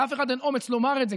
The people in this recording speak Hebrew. לאף אחד אין אומץ לומר את זה,